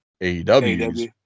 AEW